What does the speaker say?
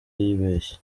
yibeshye